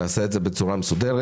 נעשה את זה בצורה מסודרת,